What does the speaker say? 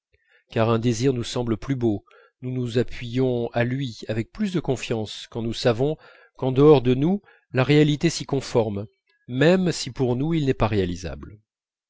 car un désir nous semble plus beau nous nous appuyons à lui avec plus de confiance quand nous savons qu'en dehors de nous la réalité s'y conforme même si pour nous il n'est pas réalisable